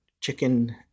chicken